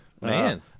Man